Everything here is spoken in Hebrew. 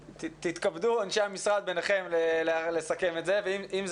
יתכבדו אנשי המשרד ביניכם לסכם את זה ואם זה